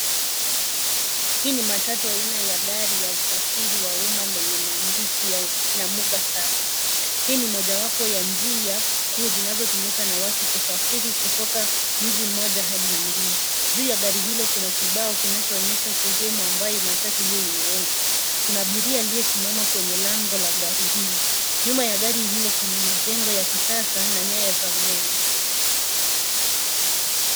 Hii ni matatu aina ya gari ya usafiri wa umma lenye maandishi ya Namuga Sacco . Hii ni mojawapo ya njia kuu zinazotumika na watu kusafiri kutoka mji mmoja hadi nyingine. Juu ya gari hilo kuna kibao kinachoonyesha sehemu ambayo matatu hiyo inaenda. Kuna abiria aliyesimama kwenye lango la gari hilo. Nyuma ya gari hilo kuna majengo ya kisasa na nyaya za umeme.